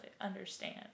understand